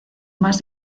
más